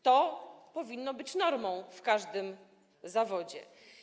To powinna być norma w każdym zawodzie.